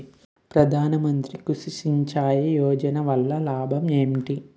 ప్రధాన మంత్రి కృషి సించాయి యోజన వల్ల లాభం ఏంటి?